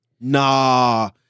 Nah